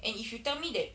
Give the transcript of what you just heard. and if you tell me that